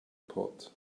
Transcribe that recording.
pot